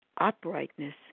uprightness